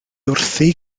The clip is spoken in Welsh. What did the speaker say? wrthi